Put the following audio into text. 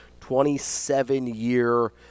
27-year